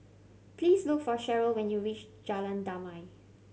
please look for Cheryle when you reach Jalan Damai